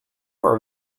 are